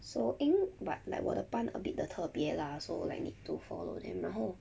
so eng~ but like 我的班 a bit the 特别 lah so like need to follow them 然后